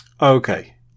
Okay